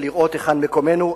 ולראות היכן מקומנו.